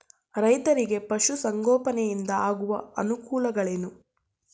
ರೈತರಿಗೆ ಪಶು ಸಂಗೋಪನೆಯಿಂದ ಆಗುವ ಅನುಕೂಲಗಳೇನು?